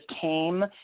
came